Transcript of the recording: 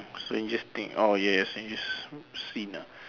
strangest thing oh ya strangest scene ah